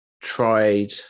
tried